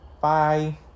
Bye